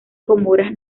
comoras